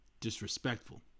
disrespectful